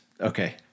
Okay